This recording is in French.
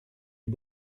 ait